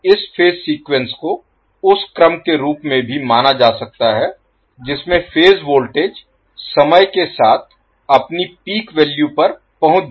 अब इस phase sequence को उस क्रम के रूप में भी माना जा सकता है जिसमें फेज वोल्टेज समय के साथ अपनी पीक वैल्यू पर पहुंच जाता है